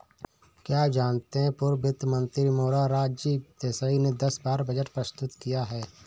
क्या आप जानते है पूर्व वित्त मंत्री मोरारजी देसाई ने दस बार बजट प्रस्तुत किया है?